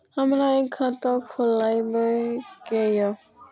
हमरा एक खाता खोलाबई के ये?